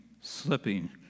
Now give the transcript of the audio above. slipping